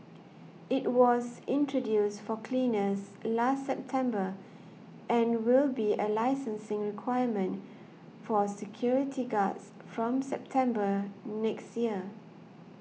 it was introduced for cleaners last September and will be a licensing requirement for security guards from September next year